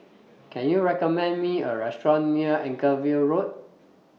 Can YOU recommend Me A Restaurant near Anchorvale Road